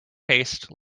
haste